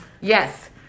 Yes